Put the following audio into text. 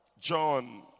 John